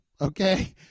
okay